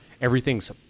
everything's